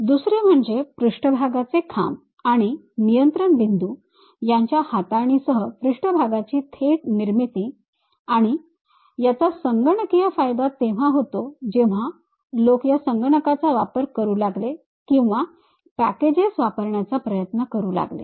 दुसरे म्हणजे पृष्ठभागाचे खांब आणि नियंत्रण बिंदू यांच्या हाताळणीसह पृष्ठभागाची थेट निर्मिती आणि याचा संगणकीय फायदा तेव्हा झाला जेव्हा लोक या संगणकांचा वापर करू लागले किंवा पॅकेजेस वापरण्याचा प्रयत्न करू लागले